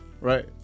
right